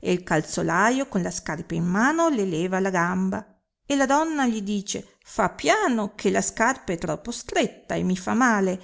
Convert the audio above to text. e il calzolaio con la scarpa in mano le leva la gamba e la donna gli dice fa piano che la scarpa è troppo stretta e mi fa male